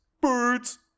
Birds